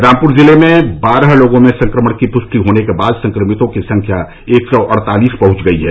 रामपुर जिले में बारह लोगों में संक्रमण की पूष्टि होने के बाद संक्रमितों की संख्या एक सौ अड़तालीस पहच गई है